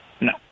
No